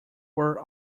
were